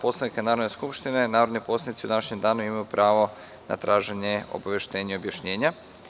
Poslovnika Narodne skupštine, narodni poslanici u današnjem danu imaju pravo na traženje obaveštenja i objašnjenja.